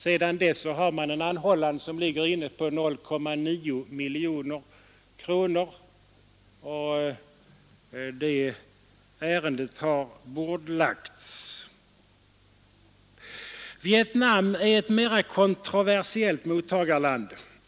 Sedan dess har man fått en anhållan om 0,9 miljoner kronor, och det ärendet har bordlagts. Vietnam är ett mera kontroversiellt mottagarland.